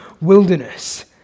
wilderness